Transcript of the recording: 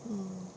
mm